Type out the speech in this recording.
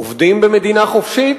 עובדים במדינה חופשית,